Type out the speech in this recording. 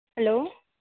hello